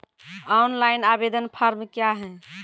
Online आवेदन form क्या हैं?